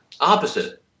opposite